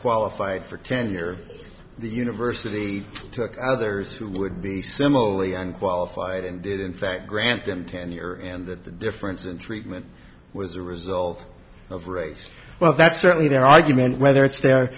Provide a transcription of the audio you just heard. qualified for tenure the university took others who would be similarly unqualified and in fact grant them tenure and the difference in treatment was a result of race well that's certainly their argument whether it's their